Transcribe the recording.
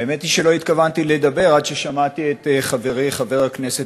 האמת היא שלא התכוונתי לדבר עד ששמעתי את חברי חבר הכנסת